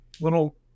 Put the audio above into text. little